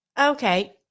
okay